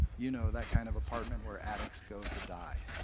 you know, that kind of apartment where addicts go to die.